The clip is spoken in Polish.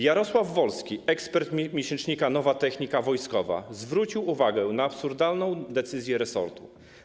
Jarosław Wolski, ekspert miesięcznika ˝Nowa Technika Wojskowa˝, zwrócił uwagę na absurdalną decyzję resortu.